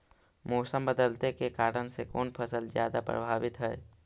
मोसम बदलते के कारन से कोन फसल ज्यादा प्रभाबीत हय?